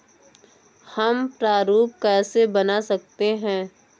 हम प्रारूप कैसे बना सकते हैं?